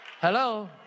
Hello